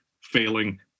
failing